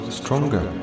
stronger